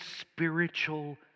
spiritual